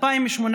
2018,